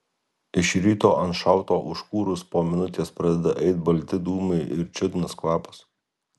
iš ryto ant šalto užkūrus po minutės pradeda eit balti dūmai ir čiudnas kvapas